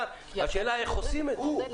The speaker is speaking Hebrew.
השאלה איך עושים את זה.